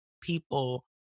people